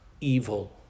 evil